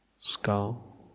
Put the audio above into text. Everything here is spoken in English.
skull